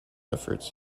efforts